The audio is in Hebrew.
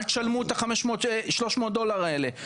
אל תשלמו את ה-500 דולר האלה.